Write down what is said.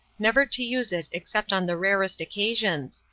never to use it except on the rarest occasions,